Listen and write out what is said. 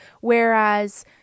whereas